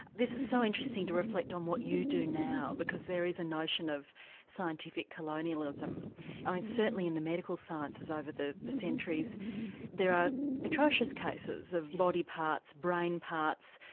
this is so interesting to reflect on what you do now, because there is a notion of scientific colonialism i mean certainly in the medical sciences over the the centuries there are atrocious cases of body parts, brain parts,